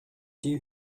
die